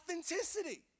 authenticity